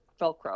velcro